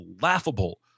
laughable